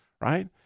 right